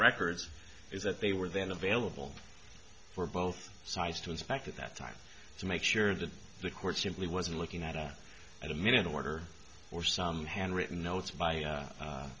records is that they were then available for both sides to inspect at that time to make sure that the court simply wasn't looking at a at a minute order or some handwritten notes by